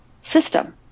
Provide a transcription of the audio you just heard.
system